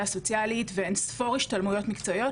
סוציאלית ואינספור השתלמויות מקצועיות.